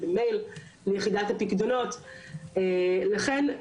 לכן יכול להיות שגם פה בגלל שזה ענף יחסית חדש,